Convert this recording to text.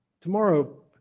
Tomorrow